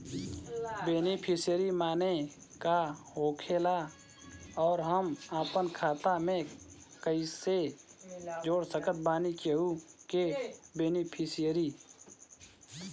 Beneficiary माने का होखेला और हम आपन खाता मे कैसे जोड़ सकत बानी केहु के बेनीफिसियरी?